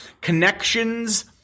Connections